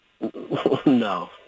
No